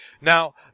Now